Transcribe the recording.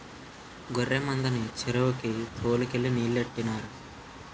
గొర్రె మందని చెరువుకి తోలు కెళ్ళి నీలెట్టినారు